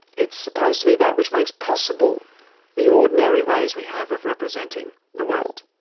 it's supposed to be that which makes possible the ordinary ways we have of representing the world.